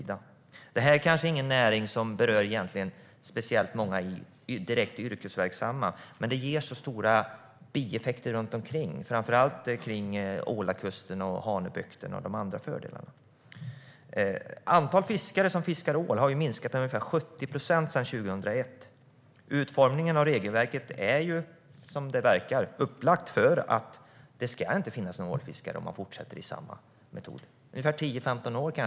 Det här är inte en näring som berör särskilt många yrkesverksamma, men den ger så stora bieffekter runt omkring, framför allt runt ålakusten och Hanöbukten. Antalet fiskare som fiskar ål har minskat med ungefär 70 procent sedan 2001. Utformningen av regelverket är upplagt för att det inte ska finnas några ålfiskare om de fortsätter med samma metod. Det kanske finns 10-15 år till.